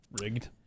rigged